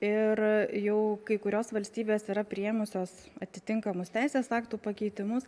ir jau kai kurios valstybės yra priėmusios atitinkamus teisės aktų pakeitimus